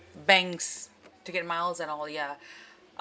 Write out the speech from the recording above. banks to get miles and all yeah